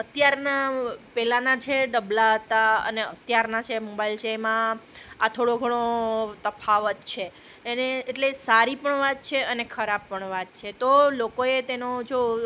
અત્યારના પહેલાંના જે ડબલાં હતાં અને અત્યારના જે મોબાઈલ છે એમાં આ થોડો ઘણો તફાવત છે એને એટલે સારી પણ વાત છે અને ખરાબ પણ વાત છે તો લોકોએ તેનો જો